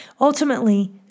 Ultimately